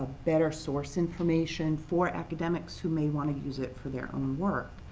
better source information for academics who may want to use it for their own work.